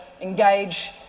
engage